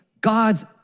God's